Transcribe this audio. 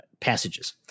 passages